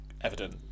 evident